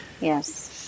Yes